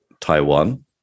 Taiwan